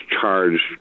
charged